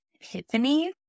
epiphany